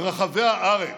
ממוקדים ברחבי הארץ,